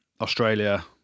Australia